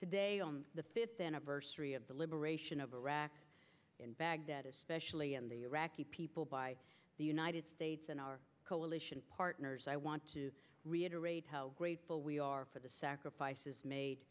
today the fifth anniversary of the liberation of iraq in baghdad especially the people by the united states and our coalition partners i want to reiterate how grateful we are for the sacrifices